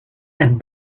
and